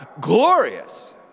glorious